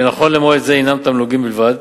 שנכון למועד זה הינה תמלוגים בלבד.